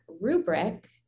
rubric